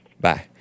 Bye